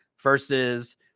versus